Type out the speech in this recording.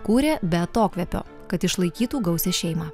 kūrė be atokvėpio kad išlaikytų gausią šeimą